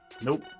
Nope